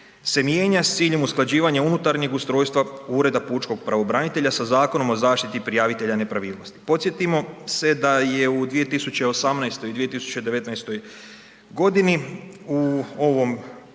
se mijenja s ciljem usklađivanja unutarnjeg ustrojstva ureda pučkog pravobranitelja sa Zakonom o zaštiti prijavitelja nepravilnosti. Podsjetimo se da je u 2018. i 2019.g. u ovom